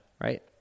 Right